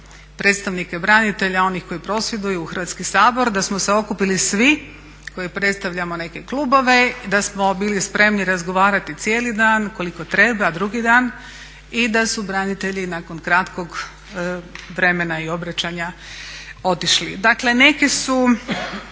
predstavnike branitelja onih koji prosvjeduju u Hrvatski sabor da smo se okupili svi koji predstavljamo neke klubove, da smo bili spremni razgovarati cijeli dan koliko treba, drugi dan i da su branitelji nakon kratkog vremena i obraćanja otišli. Dakle neke su